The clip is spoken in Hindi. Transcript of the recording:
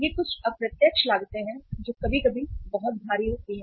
ये कुछ अप्रत्यक्ष लागतें हैं जो कभी कभी बहुत भारी होती हैं